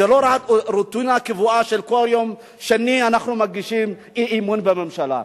זה לא רק רוטינה קבועה שכל יום שני אנחנו מגישים אי-אמון בממשלה.